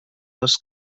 was